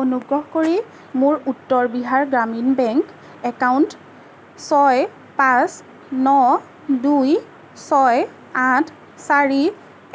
অনুগ্ৰহ কৰি মোৰ উত্তৰ বিহাৰ গ্ৰামীণ বেংক একাউণ্ট ছয় পাঁচ ন দুই ছ আঠ চাৰি